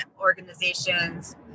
organizations